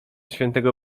świętego